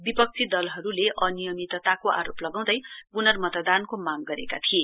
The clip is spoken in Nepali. विपक्षी दलहरूले अनियमितताको आरोप लगाँउदै पुर्नमतदानको मांग गरेका थिए